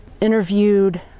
interviewed